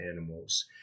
animals